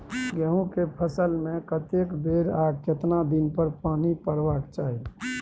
गेहूं के फसल मे कतेक बेर आ केतना दिन पर पानी परबाक चाही?